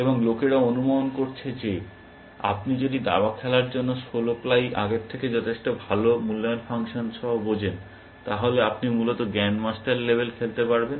এবং লোকেরা অনুমান করেছে যে আপনি যদি দাবা খেলার জন্য ষোল প্লাই আগের থেকে যথেষ্ট ভাল মূল্যায়ন ফাংশন সহ বোঝেন তাহলে আপনি মূলত গ্র্যান্ডমাস্টার লেভেল খেলতে পারবেন